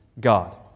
God